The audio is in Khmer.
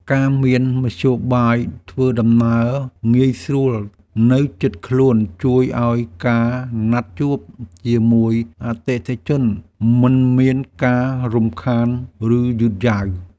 ការមានមធ្យោបាយធ្វើដំណើរងាយស្រួលនៅជិតខ្លួនជួយឱ្យការណាត់ជួបជាមួយអតិថិជនមិនមានការរំខានឬយឺតយ៉ាវ។